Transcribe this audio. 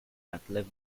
outlive